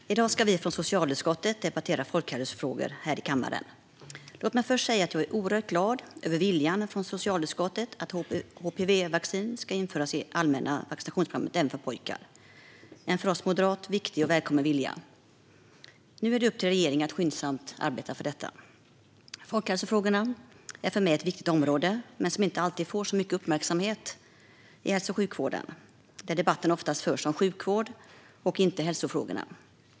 Fru talman! I dag ska vi från socialutskottet debattera folkhälsofrågor här i kammaren. Låt mig först säga att jag är oerhört glad över viljan från socialutskottet att införa HPV-vaccin i det allmänna vaccinationsprogrammet även för pojkar - en för oss moderater viktig och välkommen vilja. Nu är det upp till regeringen att skyndsamt arbeta för detta. Folkhälsofrågorna är för mig ett viktigt område men som inte alltid får så mycket uppmärksamhet som hälso och sjukvården. Oftast förs debatten om sjukvård och inte om hälsofrågorna.